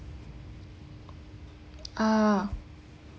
uh